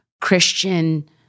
Christian